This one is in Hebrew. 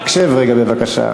הקשב רגע בבקשה.